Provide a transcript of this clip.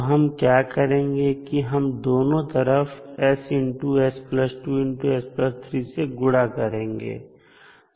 तो हम क्या करेंगे कि हम दोनों तरफ ss 2s 3 से गुणा करेंगे